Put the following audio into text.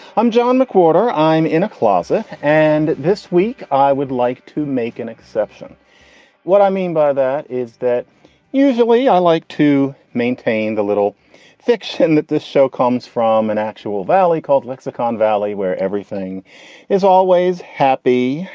i'm john mcwhorter. i'm in a closet. and this week i would like to make an exception what i mean by that is that usually i like to maintain the little fiction that this show comes from an actual valley called lexicon valley, where everything is always happy.